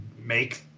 Make